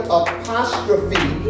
apostrophe